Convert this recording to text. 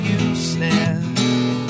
useless